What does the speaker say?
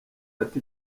fata